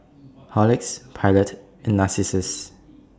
Horlicks Pilot and Narcissus